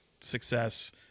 success